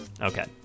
Okay